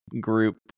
group